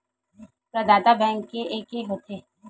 प्रदाता बैंक के एके होथे?